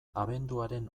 abenduaren